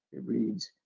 it reads.